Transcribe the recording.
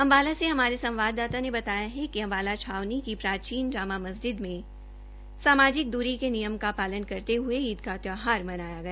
अंबाला से हमारे संवाददाता ने बताया है कि अंबाला छावनी की प्राचीन जामा मंस्जिद में सामाजिक दूरी के नियम का पालन करते हुए ईद का त्यौहार मनाया गया